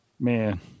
man